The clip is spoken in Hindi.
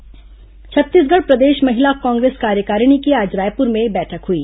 महिला कांग्रेस भाजपा बैठक छत्तीसगढ़ प्रदेश महिला कांग्रेस कार्यकारिणी की आज रायपुर में बैठक हुई